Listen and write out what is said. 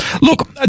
Look